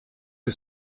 que